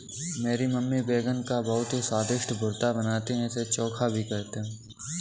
मेरी मम्मी बैगन का बहुत ही स्वादिष्ट भुर्ता बनाती है इसे चोखा भी कहते हैं